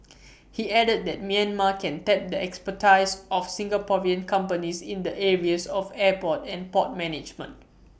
he added that Myanmar can tap the expertise of Singaporean companies in the areas of airport and port management